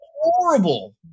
Horrible